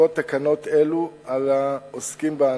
לכפות תקנות אלו על העוסקים בענף,